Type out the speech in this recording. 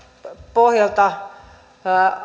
pohjalta